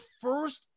first